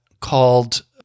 called